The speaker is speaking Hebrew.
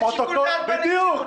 אין שיקול --- תקשיבו,